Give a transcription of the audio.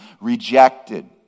rejected